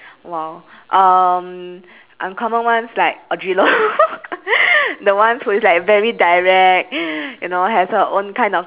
!wow! um uncommon ones like audrey lor the ones who is like very direct you know has her own kind of